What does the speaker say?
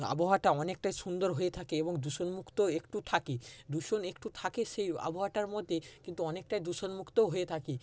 আবহাওয়াটা অনেকটাই সুন্দর হয়ে থাকে এবং দূষণমুক্ত একটু থাকে দূষণ একটু থাকে সেই আবহাওয়াটার মধ্যে কিন্তু অনেকটাই দূষণমুক্তও হয়ে থাকে